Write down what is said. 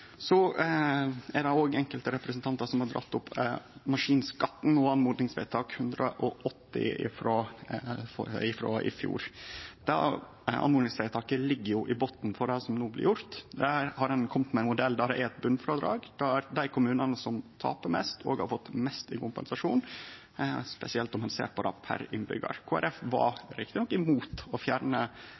Enkelte representantar har drege opp maskinskatten og oppmodingsvedtak nr. 180 frå i fjor. Det oppmodingsvedtaket ligg i botn for det som no blir gjort. Ein har kome med ein modell med eit botnfrådrag. Dei kommunane som tapar mest, har fått mest i kompensasjon, spesielt om ein ser på det per innbyggjar. Rett nok var Kristeleg Folkeparti imot å fjerne